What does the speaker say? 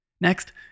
Next